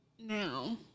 Now